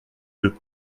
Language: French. deux